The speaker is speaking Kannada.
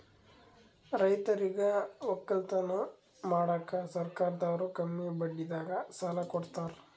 ರೈತರಿಗ್ ವಕ್ಕಲತನ್ ಮಾಡಕ್ಕ್ ಸರ್ಕಾರದವ್ರು ಕಮ್ಮಿ ಬಡ್ಡಿದಾಗ ಸಾಲಾ ಕೊಡ್ತಾರ್